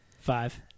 Five